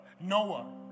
Noah